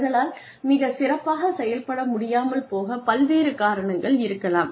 அவர்களால் மிகச் சிறப்பாகச் செயல்பட முடியாமல் போக பல்வேறு காரணங்கள் இருக்கலாம்